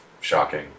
shocking